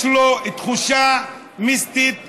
יש לו תחושה מיסטית נוספת,